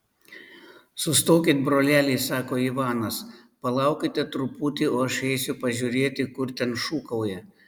sustokit broleliai sako ivanas palaukite truputį o aš eisiu pažiūrėti kur ten šūkauja